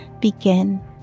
begin